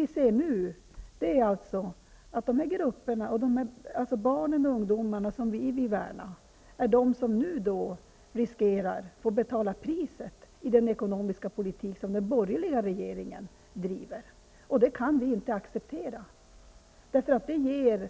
Nu ser vi att barn och ungdomar, vilka vi vill värna, riskerar att få betala priset för den ekonomiska politik som den borgerliga regeringen driver. Det kan vi inte acceptera. Det ger